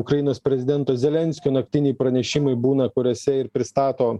ukrainos prezidento zelenskio naktiniai pranešimai būna kuriuose ir pristato